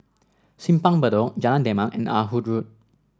Simpang Bedok Jalan Demak and Ah Hood Road